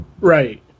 Right